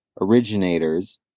originators